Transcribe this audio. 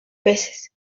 peces